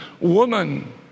woman